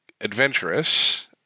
adventurous